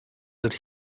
that